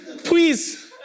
Please